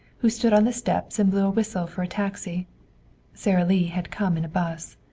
who stood on the steps and blew a whistle for a taxi sara lee had come in a bus.